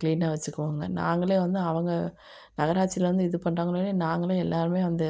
க்ளீனாக வெச்சுக்குவோங்க நாங்களே வந்து அவங்க நகராட்சிலேருந்து இது பண்றாங்கன்னோனே நாங்களே எல்லாருமே வந்து